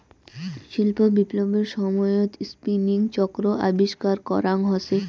শিল্প বিপ্লবের সময়ত স্পিনিং চক্র আবিষ্কার করাং হসে